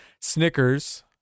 Snickers